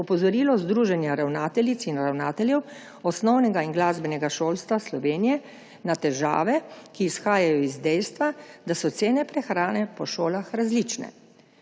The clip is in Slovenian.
opozorilo Združenja ravnateljic in ravnateljev osnovnega in glasbenega šolstva Slovenije na težave, ki izhajajo iz dejstva, da so cene prehrane po šolah različne.